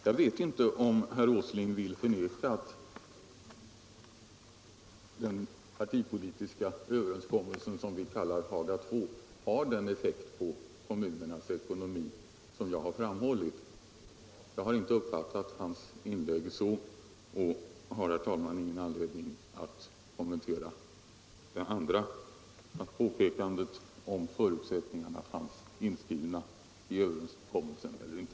Jag vet inte om herr Åsling vill förneka att den partipolitiska överenskommelse som vi kallar Haga II har den effekt på kommunernas ekonomi som jag har pekat på. Jag har inte uppfattat hans inlägg så. Jag har, herr talman, då inte heller någon anledning att kommentera hans påpekande om huruvida förutsättningarna var inskrivna i överenskommelsen eller inte.